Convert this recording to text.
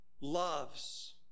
loves